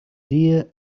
dear